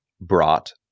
brought